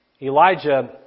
Elijah